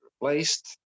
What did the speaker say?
replaced